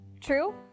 True